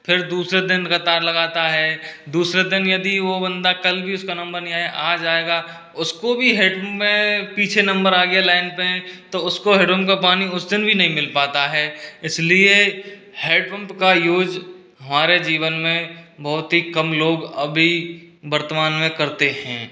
फिर दूसरे दिन कतार लगाता है दूसरे दिन यदि वो बंदा कल भी उसका नंबर नहीं आया आज आयेगा उसको भी हेडपंप में पीछे नंबर आ गया लाइन में तो उसको हेडपंप का पानी उस दिन भी नहीं मिल पाता है इसलिए हेडपंप का यूज़ हमारे जीवन में बहुत ही कम लोग अभी वर्तमान में करते हैं